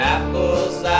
Apples